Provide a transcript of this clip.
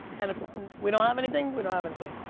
and if we don't have anything, we don't have anything.